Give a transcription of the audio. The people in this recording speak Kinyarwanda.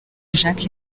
jacques